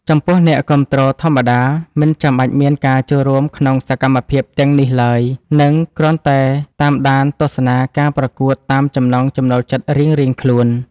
ចំពោះអ្នកគាំទ្រធម្មតាមិនចាំបាច់មានការចូលរួមក្នុងសកម្មភាពទាំងនេះឡើយ និង គ្រាន់តែតាមដានទស្សនាការប្រកួតតាមចំណង់ចំណូលចិត្តរៀងៗខ្លួន។